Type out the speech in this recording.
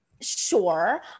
sure